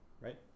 right